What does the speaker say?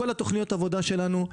כל תוכניות העבודה שלנו,